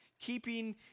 keeping